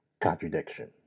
contradiction